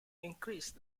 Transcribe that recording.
increased